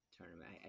tournament